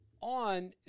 on